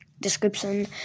description